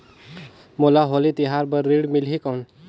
मोला होली तिहार बार ऋण मिलही कौन?